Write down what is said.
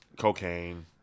cocaine